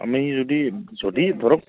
আমি যদি যদি ধৰক